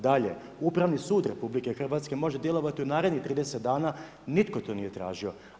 Dalje, Upravni sud RH može djelovati u narednih 30 dana nitko to nije tražio.